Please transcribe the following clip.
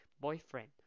boyfriend